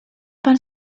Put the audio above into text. pan